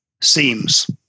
seems